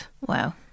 Wow